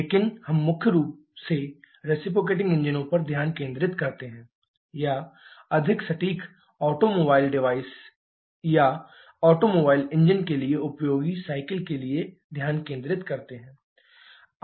लेकिन हम मुख्य रूप से रेसिप्रोकेटिंग इंजनों पर ध्यान केंद्रित करते हैं या अधिक सटीक ऑटोमोबाइल डिवाइस या ऑटोमोबाइल इंजन के लिए उपयोगी साइकिल के लिए ध्यान केंद्रित करते हैं